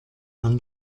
non